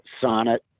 sonnet